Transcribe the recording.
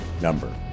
number